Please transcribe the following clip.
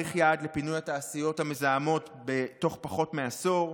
תאריך יעד לפינוי התעשיות המזהמות בתוך פחות מעשור,